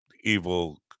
evil